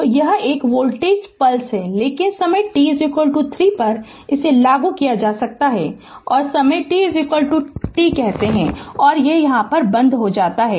तो यह एक वोल्टेज पल्स है इसलिए समय t 3 पर इसे चालू किया जाता है और समय t 6 कहते हैं यह बंद हो जाता है